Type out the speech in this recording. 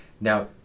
now